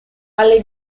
alle